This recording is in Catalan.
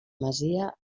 masia